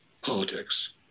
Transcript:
politics